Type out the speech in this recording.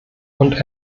und